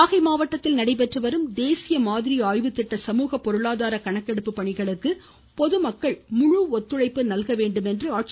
இருவரி நாகை மாவட்டத்தில் நடைபெற்று வரும் தேசிய மாதிரி ஆய்வு திட்ட சமூக பொருளாதார கணக்கெடுப்பு பணிகளுக்கு பொதுமக்கள் முழு ஒத்துழைப்பு வழங்க வேண்டுமென ஆட்சித்தலைவர் திரு